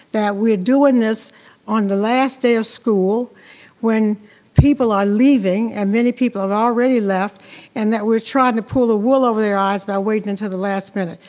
that we are doing this on the last day of school when people are leaving and many people have already left and that we're trying to pull a wool over their eyes by waiting and until the last minute.